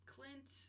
Clint